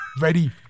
Ready